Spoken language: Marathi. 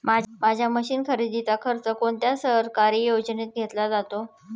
माझ्या मशीन खरेदीचा खर्च कोणत्या सरकारी योजनेत घेतला जातो?